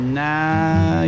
now